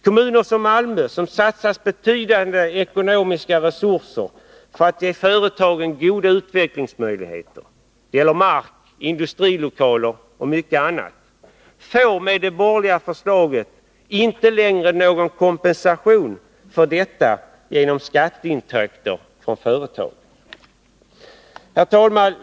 Kommuner som Malmö, som satsat betydande ekonomiska resurser för att ge företagen goda utvecklingsmöjligheter —i form av mark, industrilokaler och mycket annat —, får med det borgerliga förslaget inte längre någon kompensation för detta genom skatteintäkter från företagen. Herr talman!